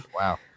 wow